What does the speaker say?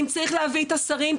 אם צריך להביא את השרים,